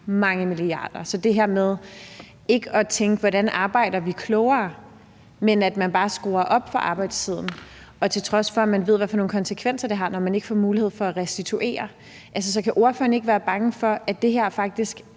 mange milliarder. Så det er det der med, at man i stedet for at tænke på, hvordan man arbejder klogere, bare skruer op for arbejdstiden, til trods for at man ved, hvilke konsekvenser det har, når man ikke får mulighed for at restituere. Så kan ordføreren ikke være bange for, at det her faktisk